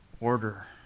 order